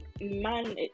man